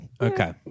Okay